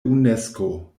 unesko